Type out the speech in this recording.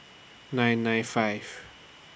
nine nine five